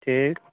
ठीक